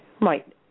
Right